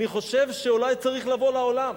אני חושב שהוא לא היה צריך לבוא לעולם.